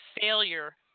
failure –